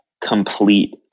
complete